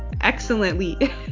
excellently